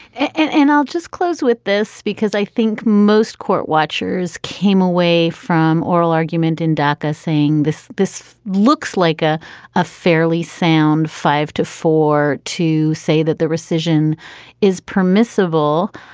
and and i'll just close with this, because i think most court watchers came away from oral argument in dacca saying this this looks like a a fairly sound five to four to say that the recision is permissible.